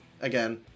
Again